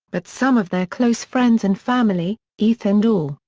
but some of their close friends and family, ethan dorr,